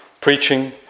preaching